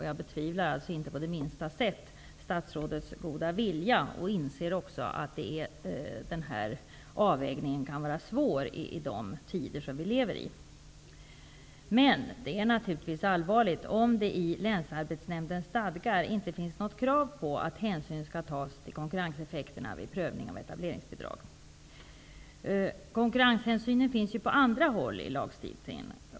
Jag betvivlar inte på något sätt statsrådets goda vilja. Jag inser också att den här avvägningen kan vara svår i de tider som vi lever i. Det är naturligtvis allvarligt om det i länsarbetsnämndens stadgar inte finns något krav på att hänsyn skall tas till konkurrenseffekterna vid prövning av etableringsbidrag. Konkurrenshänsynen finns ju på andra håll i lagstiftningen.